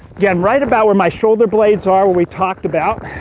again, right about where my shoulder blades are, where we talked about.